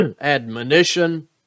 admonition